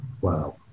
Wow